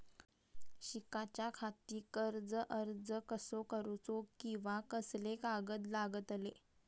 शिकाच्याखाती कर्ज अर्ज कसो करुचो कीवा कसले कागद लागतले?